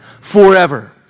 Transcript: forever